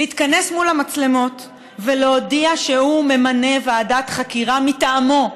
להתכנס מול המצלמות ולהודיע שהוא ממנה ועדת חקירה מטעמו,